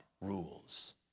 rules